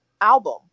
album